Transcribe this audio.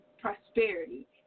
prosperity